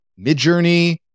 midjourney